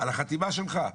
על החתימה שלך.